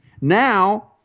Now